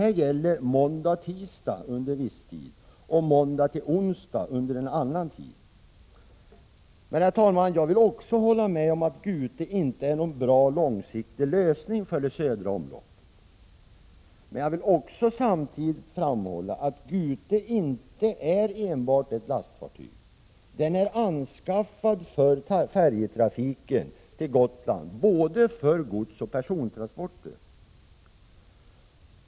Det gäller måndag och tisdag under viss tid och måndag till onsdag under en annan tid. f Jag vill också hålla med om, herr talman, att Gute inte är någon bra långsiktig lösning för det södra omloppet. Jag vill samtidigt framhålla att Gute inte är enbart ett lastfartyg. Fartyget är anskaffat för färjetrafiken till Gotland med både godsoch persontransporter.